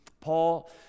Paul